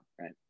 Right